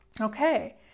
Okay